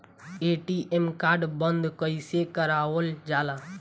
ATM card बन्द कईसे करावल जाला?